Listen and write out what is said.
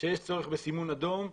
שיש צורך בסימון אדום,